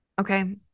okay